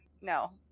No